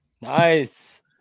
Nice